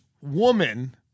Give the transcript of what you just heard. woman